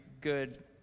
good